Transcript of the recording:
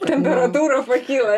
temperatūra pakyla